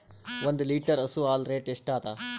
ಒಂದ್ ಲೀಟರ್ ಹಸು ಹಾಲ್ ರೇಟ್ ಎಷ್ಟ ಅದ?